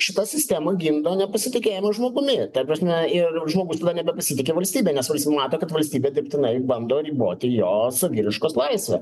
šita sistema gimdo nepasitikėjimą žmogumi ta prasme ir žmogus nebepasitiki valstybe nes vals mato kad valstybė dirbtinai bando riboti jo saviraiškos laisvę